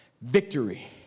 Victory